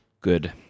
Good